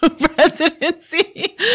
presidency